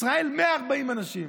ישראל, 140 אנשים.